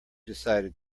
decided